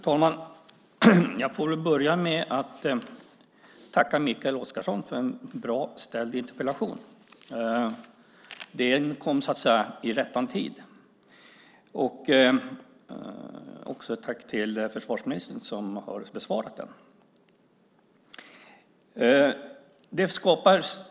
Fru talman! Jag får börja med att tacka Mikael Oscarsson för en bra ställd interpellation - den kom, så att säga, i rättan tid. Jag vill också rikta ett tack till försvarsministern som har besvarat interpellationen.